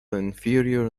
inferior